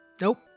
Nope